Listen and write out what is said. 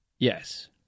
Yes